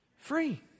Free